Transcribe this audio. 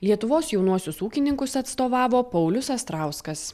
lietuvos jaunuosius ūkininkus atstovavo paulius astrauskas